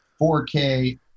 4K